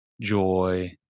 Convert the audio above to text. joy